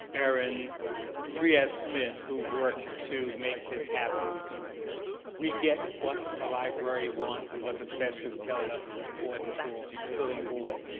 aaron friet smith who worked to make this happen. because we get what the library wants and what the specialists tell us is important for filling voids.